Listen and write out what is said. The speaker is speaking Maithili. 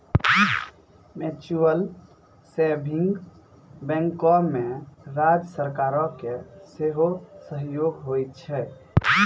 म्यूचुअल सेभिंग बैंको मे राज्य सरकारो के सेहो सहयोग होय छै